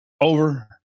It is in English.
over